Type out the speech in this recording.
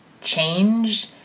change